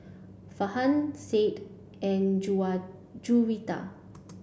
Farhan Said and Juwita